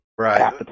Right